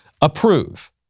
Approve